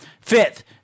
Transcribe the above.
Fifth